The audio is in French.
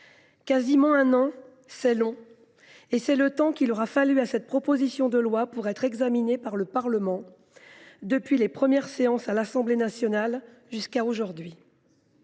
quasiment un an, c’est long… C’est le temps qu’il aura fallu à cette proposition de loi pour être examinée par le Parlement, depuis les premières séances à l’Assemblée nationale jusqu’à aujourd’hui.